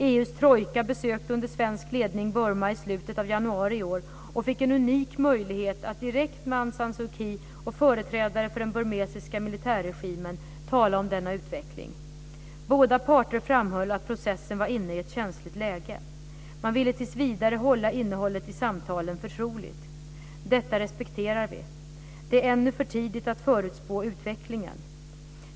EU:s trojka besökte under svensk ledning Burma i slutet av januari i år och fick en unik möjlighet att direkt med Aung San Suu Kyi och företrädare för den burmesiska militärregimen tala om denna utveckling. Båda parter framhöll att processen var inne i ett känsligt läge. Man ville tills vidare hålla innehållet i samtalen förtroligt. Detta respekterar vi. Det är ännu för tidigt att förutspå utvecklingen.